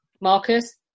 Marcus